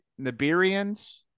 Nibirians